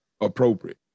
appropriate